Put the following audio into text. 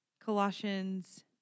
Colossians